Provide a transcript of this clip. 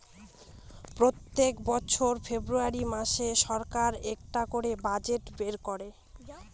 প্রত্যেক বছর ফেব্রুয়ারী মাসে সরকার একটা করে বাজেট বের করে